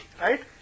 right